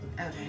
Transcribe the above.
Okay